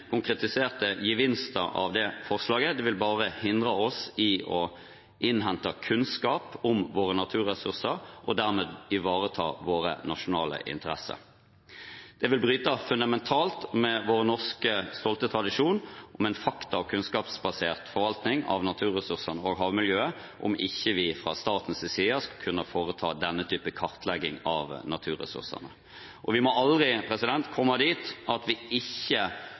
konkretiserte gevinster av det forslaget, det vil bare hindre oss i å innhente kunnskap om våre naturressurser og dermed ivareta våre nasjonale interesser. Det vil bryte fundamentalt med vår norske, stolte tradisjon om en fakta- og kunnskapsbasert forvaltning av naturressursene og havmiljøet om ikke vi fra statens side skal kunne foreta denne typen kartlegging av naturressursene. Og vi må aldri komme dit at vi ikke